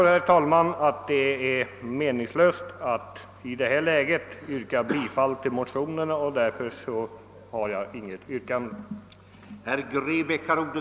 Jag förstår att det är meningslöst att i detta läge yrka bifall till motionerna, och därför har jag heller inget yrkande.